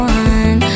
one